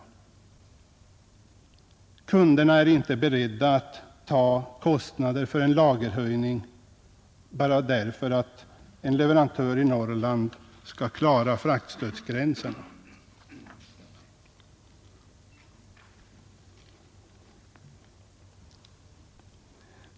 Kunderna är inte beredda att ta på sig kostnaderna för en lagerökning bara för att en leverantör i Norrland skall kunna klara fraktstödsgränsen.